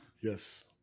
Yes